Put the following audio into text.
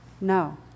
No